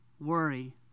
worry